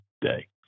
day